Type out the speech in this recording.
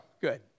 Good